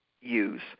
use